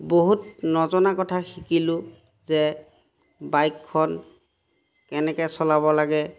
বহুত নজনা কথা শিকিলোঁ যে বাইকখন কেনেকৈ চলাব লাগে